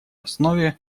основе